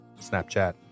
Snapchat